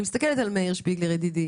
אני מסתכלת על מאיר שפיגלר ידידי,